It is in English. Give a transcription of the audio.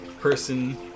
person